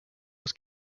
was